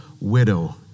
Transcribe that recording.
widow